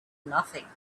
nothing